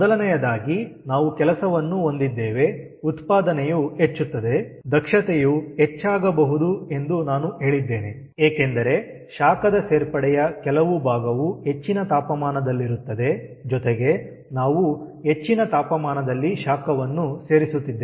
ಮೊದಲನೆಯದಾಗಿ ನಾವು ಕೆಲಸವನ್ನು ಹೊಂದಿದ್ದೇವೆ ಉತ್ಪಾದನೆಯು ಹೆಚ್ಚುತ್ತದೆ ದಕ್ಷತೆಯು ಹೆಚ್ಚಾಗಬಹುದು ಎಂದು ನಾನು ಹೇಳಿದ್ದೇನೆ ಏಕೆಂದರೆ ಶಾಖದ ಸೇರ್ಪಡೆಯ ಕೆಲವು ಭಾಗವು ಹೆಚ್ಚಿನ ತಾಪಮಾನದಲ್ಲಿರುತ್ತದೆ ಜೊತೆಗೆ ನಾವು ಹೆಚ್ಚಿನ ತಾಪಮಾನದಲ್ಲಿ ಶಾಖವನ್ನು ಸೇರಿಸುತ್ತಿದ್ದೇವೆ